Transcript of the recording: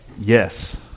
Yes